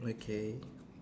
okay